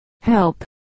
Help